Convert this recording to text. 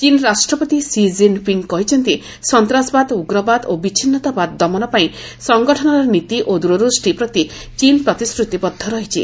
ଚୀନ୍ ରାଷ୍ଟ୍ରପତି Xi Jinping କହିଛନ୍ତି ସନ୍ତାସବାଦ ଉଗ୍ରବାଦ ଓ ବିଚ୍ଛିନ୍ଦତାବାଦ ଦମନ ପାଇଁ ସଂଗଠନର ନୀତି ଓ ଦ୍ୱରଦୂଷ୍ଟି ପ୍ରତି ଚୀନ୍ ପ୍ରତିଶ୍ରତିବଦ୍ଧ ରହିଛି